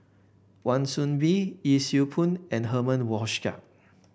Wan Soon Bee Yee Siew Pun and Herman Hochstadt